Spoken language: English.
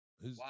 Wow